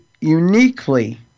uniquely